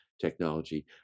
technology